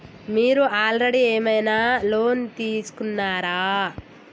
మీరు ఆల్రెడీ ఏమైనా లోన్ తీసుకున్నారా?